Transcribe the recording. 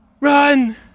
Run